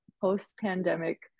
post-pandemic